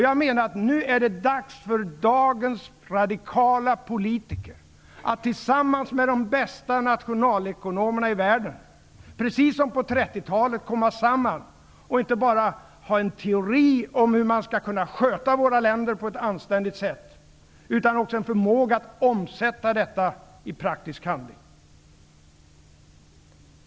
Jag menar att det nu är dags för dagens radikala politiker och världens framstående nationalekonomer att komma samman, precis som på 30-talet, och inte bara enas om en teori om hur man skall kunna sköta våra länder på ett anständigt sätt utan också omsätta kunskaperna i praktisk handling.